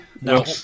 No